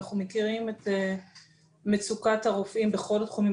אנחנו מכירים את מצוקת הרופאים בכל התחומים,